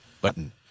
button